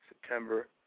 September